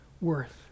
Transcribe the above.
worth